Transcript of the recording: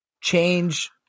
change